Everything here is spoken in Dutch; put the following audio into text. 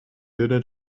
dunne